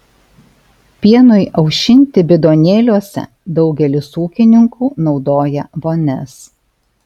pienui aušinti bidonėliuose daugelis ūkininkų naudoja vonias